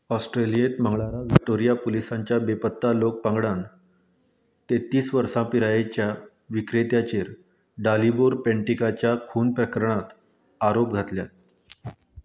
ऑस्ट्रेलियेंत मंगळारा व्हिक्टोरिया पुलिसांच्या बेपत्ता लोक पंगडान तेत्तीस वर्सां पिरायेच्या विक्रेत्याचेर डालिबोर पॅन्टिकाच्या खून प्रकरणांत आरोप घातल्यात